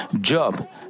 Job